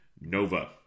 Nova